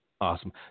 awesome